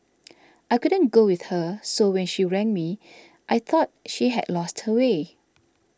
I couldn't go with her so when she rang me I thought she had lost her way